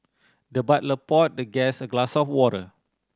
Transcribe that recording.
the butler poured the guest a glass of water